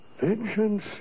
Vengeance